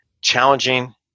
challenging